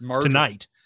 tonight